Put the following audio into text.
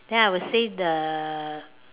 then I will say the